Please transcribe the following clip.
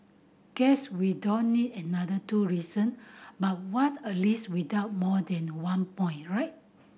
guess we don't need another two reason but what's a list without more than one point right